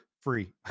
free